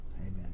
Amen